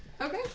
Okay